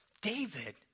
David